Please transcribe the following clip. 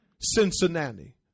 Cincinnati